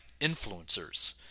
influencers